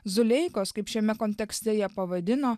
zuleikos kaip šiame kontekste ją pavadino